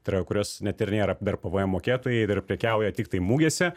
tai yra kurios net ir nėra dar pvm mokėtojai ir prekiauja tiktai mugėse